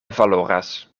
valoras